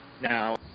Now